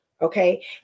Okay